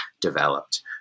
developed